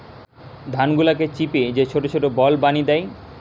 ধান গুলাকে চিপে যে ছোট ছোট বল বানি দ্যায়